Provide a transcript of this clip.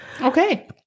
Okay